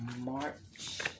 March